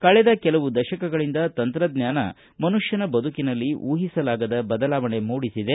ಕಳೆದ ಕೆಲವು ದಶಕಗಳಿಂದ ತಂತ್ರಜ್ಞಾನ ಮನುಷ್ಠನ ಬದುಕಿನಲ್ಲಿ ಊಹಿಸಲಾಗದ ಬದಲಾವಣೆ ಮೂಡಿಸಿದೆ